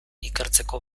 ikertzeko